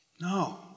No